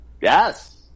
Yes